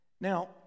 Now